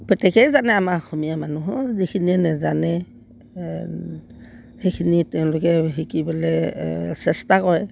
প্ৰত্যেকেই জানে আমাৰ অসমীয়া মানুহৰ যিখিনিয়ে নেজানে সেইখিনি তেওঁলোকে শিকিবলে চেষ্টা কৰে